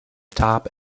top